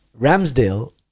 ramsdale